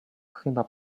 chyba